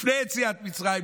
לפני יציאת מצרים,